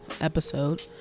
episode